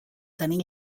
tenir